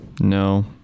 no